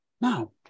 Now